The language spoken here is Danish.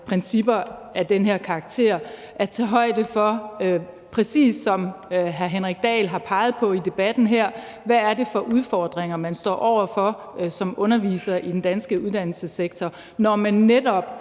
principper af den her karakter, altså ikke tager højde for, præcis som hr. Henrik Dahl har peget på i debatten her, hvad det er for nogle udfordringer, man står over for som underviser i den danske uddannelsessektor, når man netop